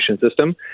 system